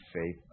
faith